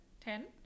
Ten